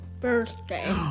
Birthday